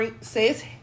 says